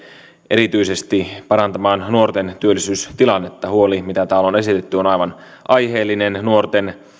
erityisesti parantamaan nuorten työllisyystilannetta huoli mitä täällä on esitetty on aivan aiheellinen nuorten